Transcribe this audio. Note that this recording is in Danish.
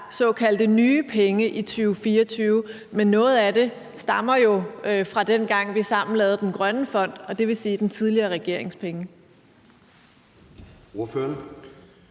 såkaldte nye penge i 2024, men at noget af det stammer fra, dengang vi sammen lavede den grønne fond, dvs. den tidligere regerings penge.